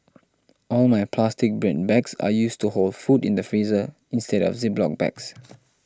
all my plastic bread bags are used to hold food in the freezer instead of Ziploc bags